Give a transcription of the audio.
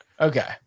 Okay